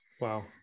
Wow